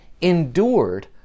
endured